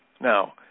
Now